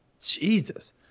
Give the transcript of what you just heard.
Jesus